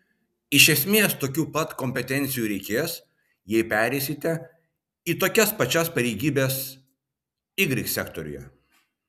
iš esmės tokių pat kompetencijų reikės jei pereisite į tokias pačias pareigybes y sektoriuje